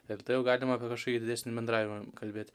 ir tada jau galima apie kažkokį didesnį bendravimą kalbėt